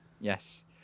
Yes